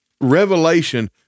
revelation